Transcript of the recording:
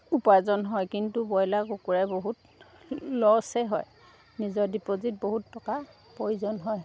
উপাৰ্জন হয় কিন্তু ব্ৰইলাৰ কুকুৰাৰ বহুত লচে হয় নিজৰ ডিপজিট বহুত টকা প্ৰয়োজন হয়